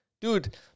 dude